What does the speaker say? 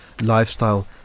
lifestyle